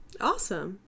Awesome